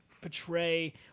portray